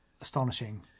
astonishing